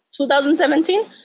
2017